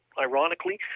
ironically